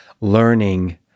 learning